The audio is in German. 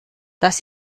das